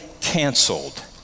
canceled